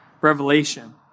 revelation